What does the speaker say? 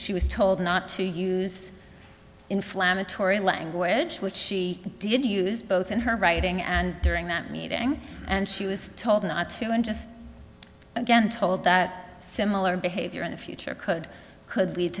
she was told not to use inflammatory language which she did use both in her writing and during that meeting and she was told not to and just again told that similar behavior in the future could could lead